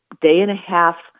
day-and-a-half